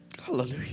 Hallelujah